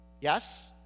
Yes